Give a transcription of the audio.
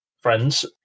friends